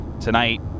Tonight